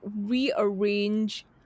rearrange